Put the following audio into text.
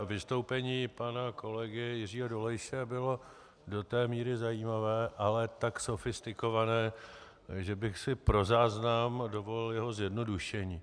Vystoupení pana kolegy Jiřího Dolejše bylo do té míry zajímavé, ale tak sofistikované, že bych si pro záznam dovolil jeho zjednodušení.